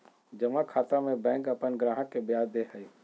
जमा खाता में बैंक अपन ग्राहक के ब्याज दे हइ